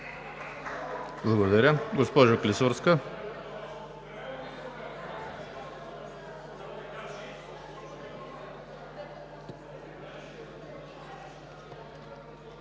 Благодаря. Госпожо Клисурска.